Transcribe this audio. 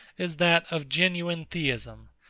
is that of genuine theism,